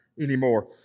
anymore